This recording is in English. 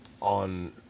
on